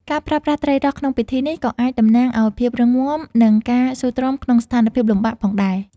ការប្រើប្រាស់ត្រីរ៉ស់ក្នុងពិធីនេះ ក៏អាចតំណាងឱ្យភាពរឹងមាំ និងការស៊ូទ្រាំក្នុងស្ថានភាពលំបាកផងដែរ។